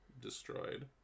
destroyed